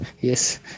yes